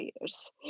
years